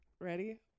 Ready